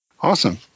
Awesome